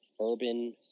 urban